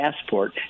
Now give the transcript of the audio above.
passport